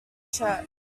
church